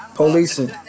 policing